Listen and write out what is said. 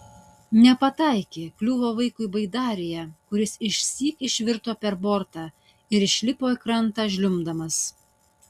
nepataikė kliuvo vaikui baidarėje kuris išsyk išvirto per bortą ir išlipo į krantą žliumbdamas